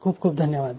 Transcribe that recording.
खूप खूप धन्यवाद